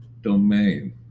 domain